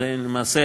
למעשה,